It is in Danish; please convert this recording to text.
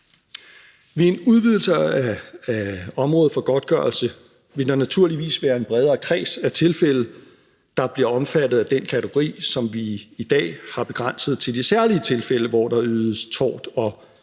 Ved en udvidelse af området for godtgørelse vil der naturligvis være en bredere kreds af tilfælde, der bliver omfattet af den kategori, som vi i dag har begrænset til de særlige tilfælde, hvor der ydes tort- og